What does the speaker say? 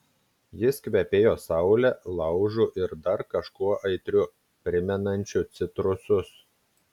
jis kvepėjo saule laužu ir dar kažkuo aitriu primenančiu citrusus